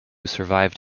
survived